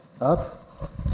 up